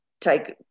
take